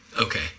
Okay